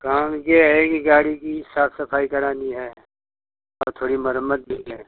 काम ये है कि गाड़ी की साफ सफाई करानी है और थोड़ी मरम्मत भी है